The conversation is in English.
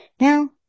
Now